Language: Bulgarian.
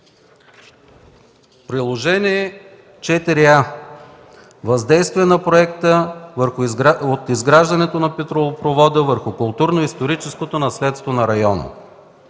Приложение № 4а „Въздействие на проекта от изграждането на петролопровода върху културно-историческото наследство на района.”